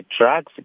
drugs